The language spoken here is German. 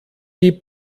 die